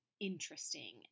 interesting